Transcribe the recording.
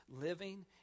living